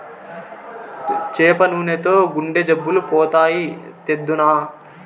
చేప నూనెతో గుండె జబ్బులు పోతాయి, తెద్దునా